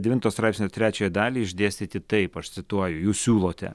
devinto straipsnio trečiąją dalį išdėstyti taip aš cituoju jūs siūlote